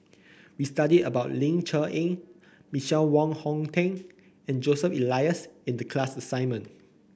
we studied about Ling Cher Eng Michael Wong Hong Teng and Joseph Elias in the class assignment